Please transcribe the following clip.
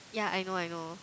yeah I know I know